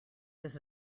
this